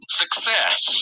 success